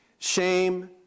Shame